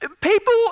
people